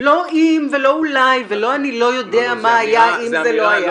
לא אם ולא אולי ולא אני לא יודע מה היה אם זה לא היה.